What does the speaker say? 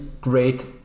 great